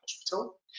hospital